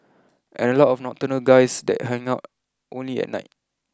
and a lot of nocturnal guys that hang out only at night